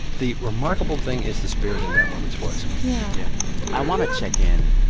the remarkable thing is the spirit in that woman's voice yeah i want to check in,